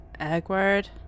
Eggward